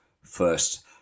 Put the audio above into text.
First